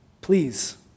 please